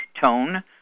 tone